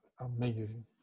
amazing